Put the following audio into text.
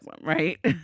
right